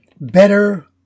better